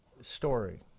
story